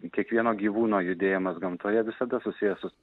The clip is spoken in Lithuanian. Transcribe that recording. kiekvieno gyvūno judėjimas gamtoje visada susijęs su